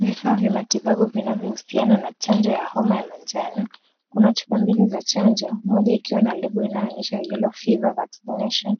Vifaa vya matibabu vinavyohusiana na chanjo ya homa ya manjano, Kuna chupa mbili za chanjo moja ikiwa na lebo inayo onyesha yellow fever vaccination ,